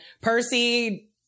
Percy